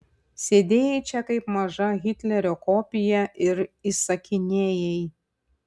sėdėjai čia kaip maža hitlerio kopija ir įsakinėjai